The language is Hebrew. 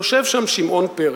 יושב שם שמעון פרס,